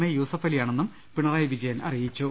A യൂസഫലിയാണെന്നും Pinarayi Vijayan അറിയിച്ചു